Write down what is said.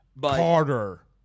Carter